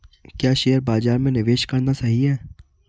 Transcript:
क्या शेयर बाज़ार में निवेश करना सही है?